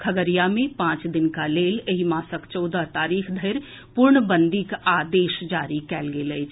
खगड़िया मे पांच दिनक लेल एहि मासक चौदह तारीख धरि पूर्णबंदीक आदेश जारी कयल गेल अछि